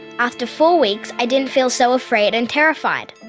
after four weeks i didn't feel so afraid and terrified.